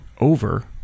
over